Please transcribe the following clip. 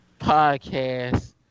podcast